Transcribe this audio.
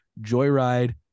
Joyride